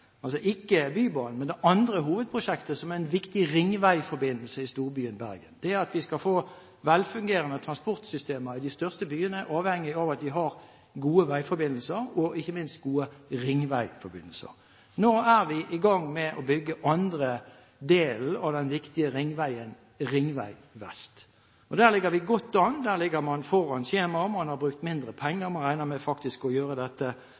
altså ikke Bybanen, men det andre hovedprosjektet, som er en viktig ringveiforbindelse i storbyen Bergen. Det at vi skal få velfungerende transportsystemer i de største byene, er avhengig av at de har gode veiforbindelser, og – ikke minst – gode ringveiforbindelser. Nå er vi i gang med å bygge andre delen av den viktige ringveien, Ringvei Vest. Der ligger vi godt an. Der ligger man foran skjemaet, man har brukt mindre penger, man regner faktisk med å gjøre dette